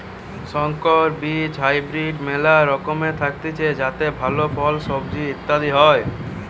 সংকর বীজ হাইব্রিড মেলা রকমের থাকতিছে যাতে ভালো ফল, সবজি ইত্যাদি হয়